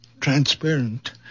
Transparent